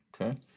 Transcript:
okay